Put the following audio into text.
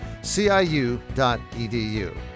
ciu.edu